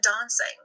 dancing